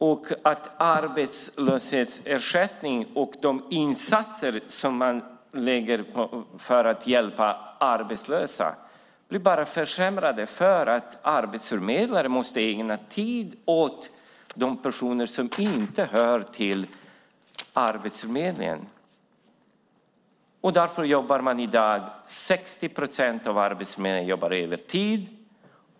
Och arbetslöshetsersättningen och de insatser som man gör för att hjälpa arbetslösa blir bara försämrade, eftersom arbetsförmedlare måste ägna tid åt de personer som inte hör till Arbetsförmedlingen. 60 procent på Arbetsförmedlingen jobbar i dag övertid.